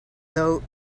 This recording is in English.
though